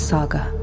Saga